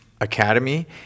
Academy